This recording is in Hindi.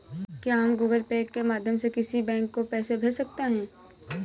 क्या हम गूगल पे के माध्यम से किसी बैंक को पैसे भेज सकते हैं?